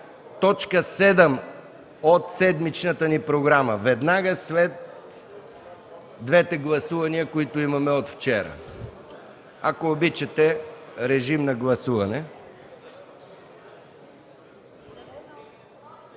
точка от седмичната ни програма – веднага след двете гласувания, които имаме от вчера. Ако обичате, гласувайте.